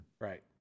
Right